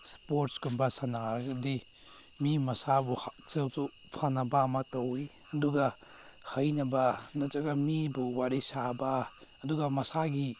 ꯏꯁꯄꯣꯔꯠꯁꯀꯨꯝꯕ ꯁꯥꯟꯅꯔꯒꯗꯤ ꯃꯤ ꯃꯁꯥꯕꯨ ꯍꯜꯆꯦꯜꯁꯨ ꯐꯅꯕ ꯑꯃ ꯇꯧꯏ ꯑꯗꯨꯒ ꯍꯩꯅꯕ ꯅꯠꯇ꯭ꯔꯒ ꯃꯤꯕꯨ ꯋꯥꯔꯤ ꯁꯥꯕ ꯑꯗꯨꯒ ꯃꯁꯥꯒꯤ